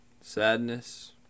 Sadness